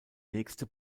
nächste